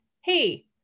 hey